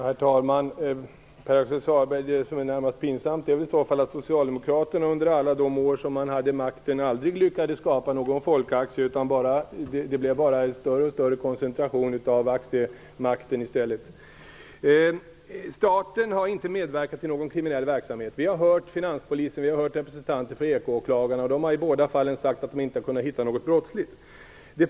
Herr talman! Det som är i det närmaste pinsamt, Pär-Axel Sahlberg, är väl i så fall att socialdemokraterna under alla år de hade makten aldrig själva kunde skapa någon folkaktie. I stället koncentrerades ägandet mer och mer. Staten har inte medverkat till någon kriminell verksamhet. Vi har hört vad finanspolisen och en representant för eko-åklagarna haft att säga. De har i båda fallen sagt att de inte har kunnat finna något brottsligt i samband med Assi Domän-försäljningen.